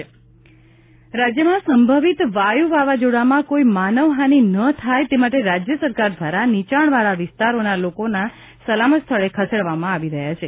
સ્થળાંતર રાજ્યમાં સંભવિત વાયુ વાવાઝોડામાં કોઈ માનવ હાનિ ન થાય તે માટે રાજ્ય સરકાર દ્વારા નીચાણવાળા વિસ્તારોના લોકોના સલામત સ્થળે ખસેડવામાં આવી રહ્યા છે